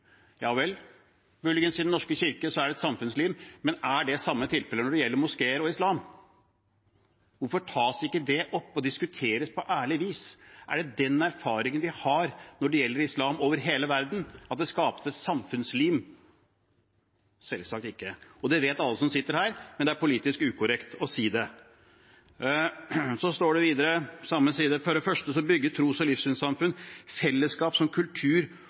Ja vel. Det er muligens et «samfunnslim» i Den norske kirke, men er det tilfellet når det gjelder moskeer og islam? Hvorfor tas ikke det opp og diskuteres på et ærlig vis? Er det den erfaringen vi har når det gjelder islam, over hele verden, at det skapes et «samfunnslim»? Selvsagt ikke, og det vet alle som sitter her, men det er politisk ukorrekt å si det. På samme side i proposisjonen står det: «For det første bygger tros- og livssynssamfunnene fellesskap som kultur-